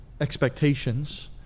expectations